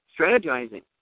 strategizing